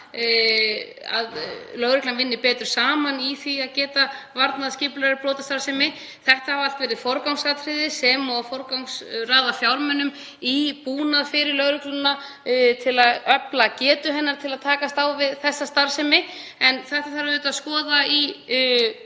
að lögreglan vinni betur saman í því að geta varnað skipulagðri brotastarfsemi. Það hafa allt verið forgangsatriði sem og að forgangsraða fjármunum í búnað fyrir lögregluna til að efla getu hennar til að takast á við þessa starfsemi. En það þarf auðvitað að skoða í